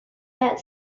that